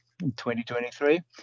2023